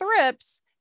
thrips